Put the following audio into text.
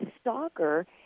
stalker